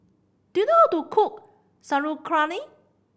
do you know how to cook Sauerkraut